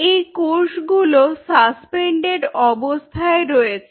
এই কোষগুলো সাসপেন্ডেড অবস্থায় রয়েছে